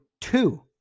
two